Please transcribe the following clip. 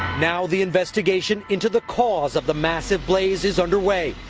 now the investigation into the cause of the massive blaze is under way.